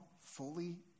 fully